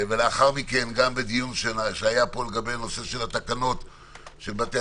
לאחר מכן גם בדיון שהיה פה בנושא התקנות של בתי